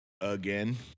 again